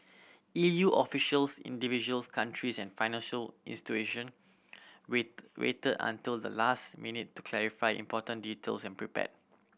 E U officials individual countries and financial institution waited until the last minute to clarify important details and prepare